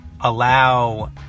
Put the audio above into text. allow